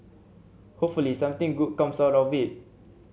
hopefully something good comes out of it